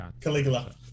Caligula